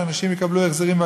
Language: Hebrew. שאנשים יקבלו החזרים,